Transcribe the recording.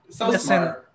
Listen